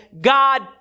God